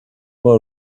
more